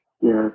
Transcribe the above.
Yes